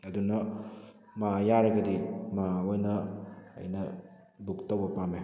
ꯑꯗꯨꯅ ꯃꯥ ꯌꯥꯔꯒꯗꯤ ꯃꯥ ꯑꯣꯏꯅ ꯑꯩꯅ ꯕꯨꯛ ꯇꯧꯕ ꯄꯥꯝꯃꯤ